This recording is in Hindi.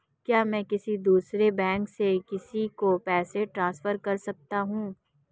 क्या मैं किसी दूसरे बैंक से किसी को पैसे ट्रांसफर कर सकता हूं?